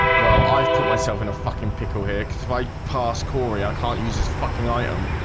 well, i've put myself in a fucking pickle here cuz if i passed cory, i can't use this fucking item